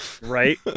Right